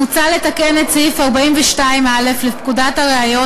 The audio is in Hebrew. מוצע לתקן את סעיף 42א לפקודת הראיות,